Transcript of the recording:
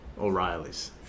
O'Reilly's